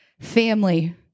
Family